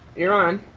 you're on.